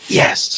yes